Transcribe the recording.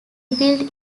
rebuilt